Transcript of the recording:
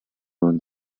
from